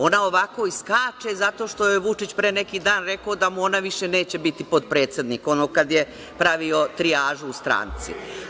Ona ovako i skače, zato što joj je Vučić pre neki dan rekao da mu ona više neće biti potpredsednik, ono kad je pravio trijažu u stranci.